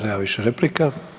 Nema više replika.